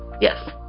Yes